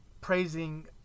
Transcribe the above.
praising